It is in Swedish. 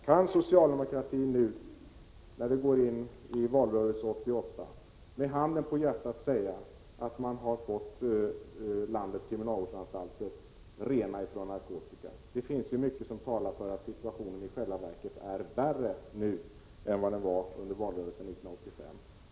Kan socialdemokraterna nu, när vi går in i valrörelse 1988, med handen på hjärtat säga att man har fått landets kriminalanstalter rena från knark? Det finns mycket som talar för att situationen i själva verket är värre nu än den var under valrörelsen 1985.